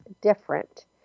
different